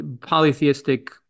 Polytheistic